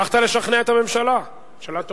הצלחת לשכנע את הממשלה.